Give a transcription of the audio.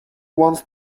wants